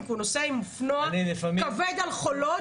כי הוא נוסע עם אופנוע כבד על חולות.